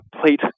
plate